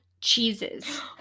cheeses